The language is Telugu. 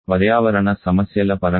పర్యావరణ సమస్యల పరంగా